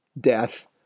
Death